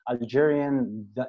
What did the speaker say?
Algerian